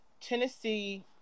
Tennessee